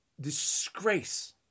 disgrace